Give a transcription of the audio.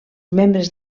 membres